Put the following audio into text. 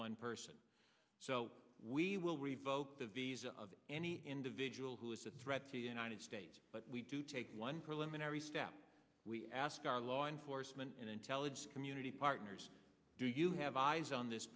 one person so we will revoke the visa of any individual who is a threat to united states but we do take one preliminary step we ask our law enforcement and intelligence community partners do you have eyes on this